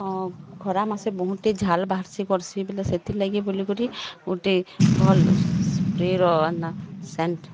ହଁ ଖରା ମାସେ ବହୁତି ଝାଲ ବାହାରୁଛି ବସି ପଡ଼ିଲେ ସେଥିଲାଗି ବୁଲି କିରି ଗୋଟେ ଭଲ ସ୍ପ୍ରେର ବାଲା ସେଣ୍ଟ୍